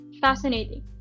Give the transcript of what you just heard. fascinating